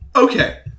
Okay